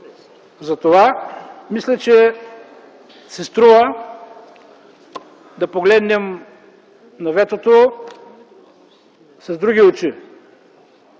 Затова мисля, че си струва да погледнем на ветото с други очи